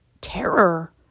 terror